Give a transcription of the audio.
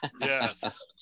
Yes